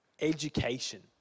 education